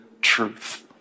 truth